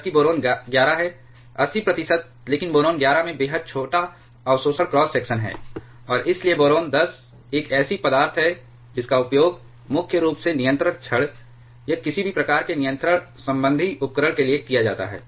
जबकि बोरान 11 है 80 प्रतिशत लेकिन बोरान 11 में बेहद छोटा अवशोषण क्रॉस सेक्शन है और इसलिए बोरान 10 एक ऐसी पदार्थ है जिसका उपयोग मुख्य रूप से नियंत्रण छड़ या किसी भी प्रकार के नियंत्रण संबंधी उपकरण के लिए किया जाता है